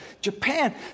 Japan